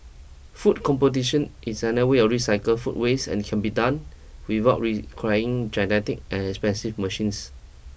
food competition is way of recycle food waste and can be done without requiring and expensive machines